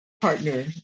partner